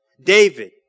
David